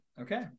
Okay